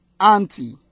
auntie